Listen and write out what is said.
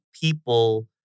people